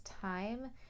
time